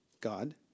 God